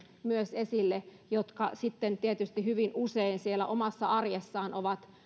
myös ikääntyneet ihmiset jotka tietysti hyvin usein omassa arjessaan ovat